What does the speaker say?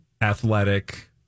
athletic